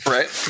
Right